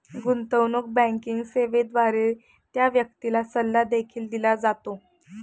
गुंतवणूक बँकिंग सेवेद्वारे त्या व्यक्तीला सल्ला देखील दिला जातो